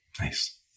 Nice